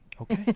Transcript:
okay